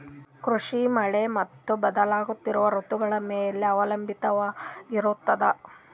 ಕೃಷಿ ಮಳೆ ಮತ್ತು ಬದಲಾಗುತ್ತಿರುವ ಋತುಗಳ ಮೇಲೆ ಅವಲಂಬಿತವಾಗಿರತದ